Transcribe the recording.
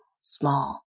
small